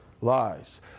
Lies